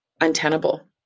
untenable